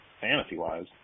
fantasy-wise